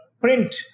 print